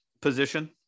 position